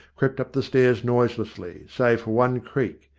crept up the stairs noiselessly, save for one creak.